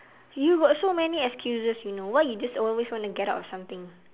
you got so many excuses you know why you just always wanna get out of something